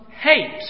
hate